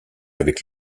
avec